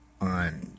on